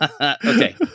Okay